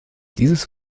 dieses